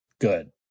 good